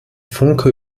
funke